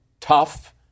tough